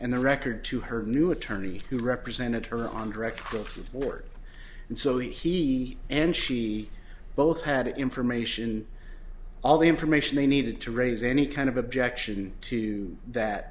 and the record to her new attorney who represented her on direct books of court and so he and she both had information all the information they needed to raise any kind of objection to that